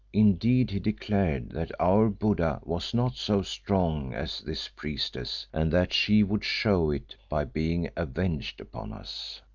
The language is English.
indeed he declared that our buddha was not so strong as this priestess, and that she would show it by being avenged upon us.